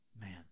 Man